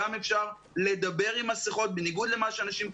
אפשר גם לדבר עם מסכות בניגוד למה שאנשים חושבים.